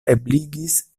ebligis